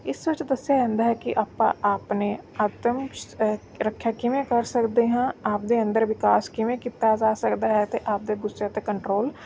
ਇਸ ਵਿੱਚ ਦੱਸਿਆ ਜਾਂਦਾ ਹੈ ਕਿ ਆਪਾਂ ਆਪਣੇ ਆਤਮ ਸੁਰੱਖਿਆ ਕਿਵੇਂ ਕਰ ਸਕਦੇ ਹਾਂ ਆਪਦੇ ਅੰਦਰ ਵਿਕਾਸ ਕਿਵੇਂ ਕੀਤਾ ਜਾ ਸਕਦਾ ਹੈ ਅਤੇ ਆਪਦੇ ਗੁਸੇ 'ਤੇ ਕੰਟਰੋਲ